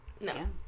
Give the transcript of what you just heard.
No